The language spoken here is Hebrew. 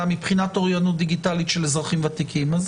מבחינת אוריינות דיגיטלית של אזרחים ותיקים.